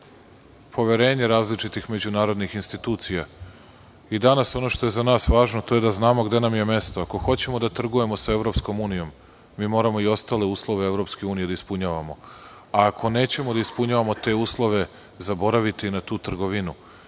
poverenje različitih međunarodnih institucija. I danas ono što je za nas važno, to je da znamo gde nam je mesto. Ako hoćemo da trgujemo sa EU mi moramo i ostale uslove EU da ispunjavamo, a ako nećemo da ispunjavamo te uslove zaboravite na tu trgovinu.